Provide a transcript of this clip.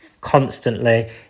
constantly